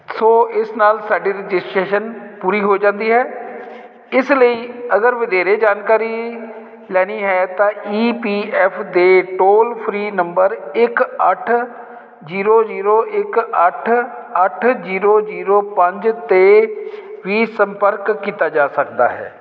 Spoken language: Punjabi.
ਸੋ ਇਸ ਨਾਲ ਸਾਡੇ ਰਜਿਸਟਰੇਸ਼ਨ ਪੂਰੀ ਹੋ ਜਾਂਦੀ ਹੈ ਇਸ ਲਈ ਅਗਰ ਵਧੇਰੇ ਜਾਣਕਾਰੀ ਲੈਣੀ ਹੈ ਤਾਂ ਈ ਪੀ ਐਫ ਦੇ ਟੋਲ ਫ੍ਰੀ ਨੰਬਰ ਇੱਕ ਅੱਠ ਜੀਰੋ ਜੀਰੋ ਇੱਕ ਅੱਠ ਅੱਠ ਜੀਰੋ ਜੀਰੋ ਪੰਜ 'ਤੇ ਵੀ ਸੰਪਰਕ ਕੀਤਾ ਜਾ ਸਕਦਾ ਹੈ